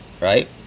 Right